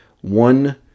one